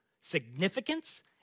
significance